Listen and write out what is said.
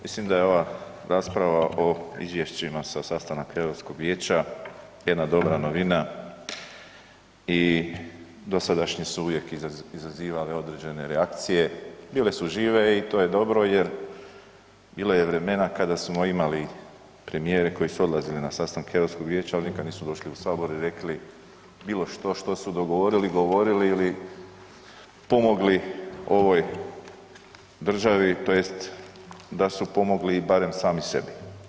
Mislim da je ova rasprava o izvješćima sa stanaka Europskog vijeća jedna dobra novina i dosadašnji su uvijek izazivali određene reakcije, bile su žive i to je dobro jer bilo je vremena kada smo imali premijere koji su odlazili na sastanke Europskog vijeća ali nikad nisu došli u Sabor i rekli bilo što što su dogovorili i govorili ili pomogli ovoj državi tj. da su pomogli i barem sami sebi.